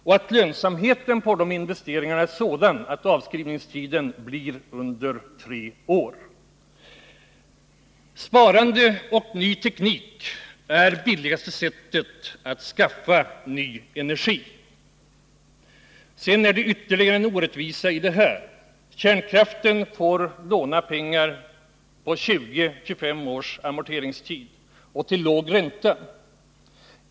Lönsamheten för de investeringarna är sådan att avskrivningstiden blir mindre än tre år. Sparande och ny teknik är de billigaste sätten att skaffa ny energi. Jag vill peka på ytterligare en orättvisa i detta sammanhang. Kärnkraften får till låg ränta låna pengar med en amorteringstid på 20-25 år.